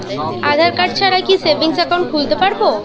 আধারকার্ড ছাড়া কি savings account খুলতে পারব?